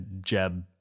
Jeb